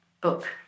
book